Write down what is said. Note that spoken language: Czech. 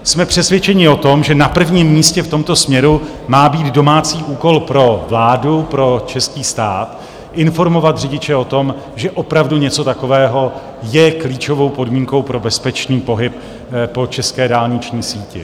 Jsme přesvědčeni o tom, že na prvním místě v tomto směru má být domácí úkol pro vládu, pro český stát, informovat řidiče o tom, že opravdu něco takového je klíčovou podmínkou pro bezpečný pohyb po české dálniční síti.